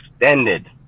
extended